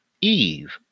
Eve